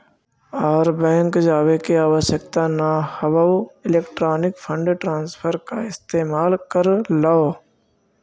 आर bank जावे के आवश्यकता न हवअ इलेक्ट्रॉनिक फंड ट्रांसफर का इस्तेमाल कर लअ